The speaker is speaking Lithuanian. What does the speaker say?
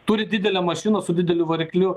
turi didelę mašiną su dideliu varikliu